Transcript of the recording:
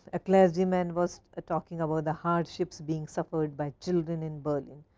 a clergyman was ah talking about the hardships being suffered by children in berlin.